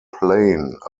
plane